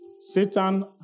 Satan